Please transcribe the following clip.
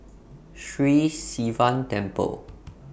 Sri Sivan Temple